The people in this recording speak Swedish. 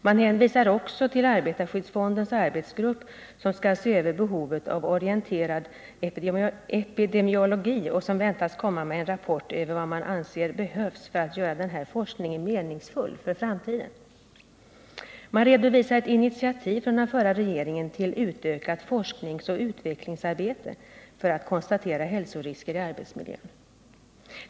Man hänvisar också till arbetarskyddsfondens arbetsgrupp, som skall se över behovet av orienterad epidemiologi och som väntas komma med en rapport över vad man anser behövs för att göra den forskningen meningsfull inför framtiden. Man redovisar ett initiativ från den förra regeringen till utökat forskningsoch utvecklingsarbete för att konstatera hälsorisker i arbetsmiljön.